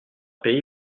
pays